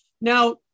Now